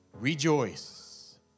Rejoice